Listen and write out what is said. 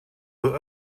with